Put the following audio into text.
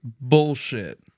bullshit